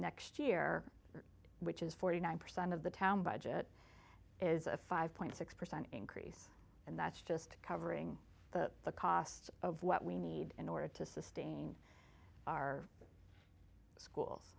next year which is forty nine percent of the town budget is a five point six percent increase and that's just covering the cost of what we need in order to sustain our schools